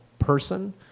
person